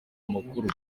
amakuru